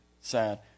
sad